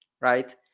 right